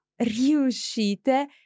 riuscite